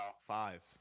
Five